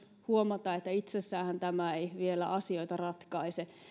huomata myös että itsessäänhän tämä ei vielä asioita ratkaise